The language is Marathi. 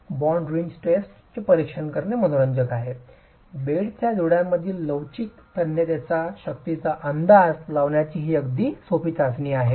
बॉन्ड रिंच टेस्टचे परीक्षण करणे मनोरंजक आहे बेडच्या जोड्यापर्यंत लवचिक तन्यतेच्या शक्तीचा अंदाज लावण्यासाठी ही एक अगदी सोपी चाचणी आहे